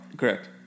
Correct